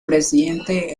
presidente